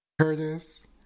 Curtis